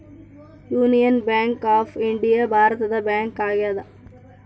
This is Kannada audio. ಯೂನಿಯನ್ ಬ್ಯಾಂಕ್ ಆಫ್ ಇಂಡಿಯಾ ಭಾರತದ ಬ್ಯಾಂಕ್ ಆಗ್ಯಾದ